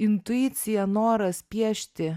intuicija noras piešti